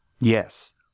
yes